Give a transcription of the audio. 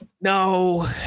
No